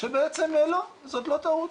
שבעצם לא, זאת לא טעות.